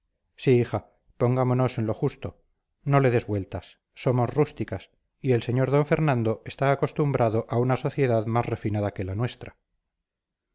sí hija pongámonos en lo justo no le des vueltas somos rústicas y el señor d fernando está acostumbrado a una sociedad más refinada que la nuestra